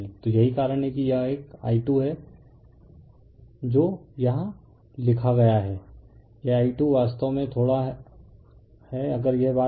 तो यही कारण है कि यह एक I2 है जो यहां लिखा गया है यह I2 वास्तव में थोड़ा है अगर यह बात है